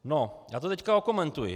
No, já to teď okomentuji.